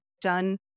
done